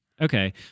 Okay